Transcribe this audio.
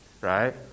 right